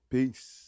Peace